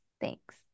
Thanks